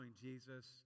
Jesus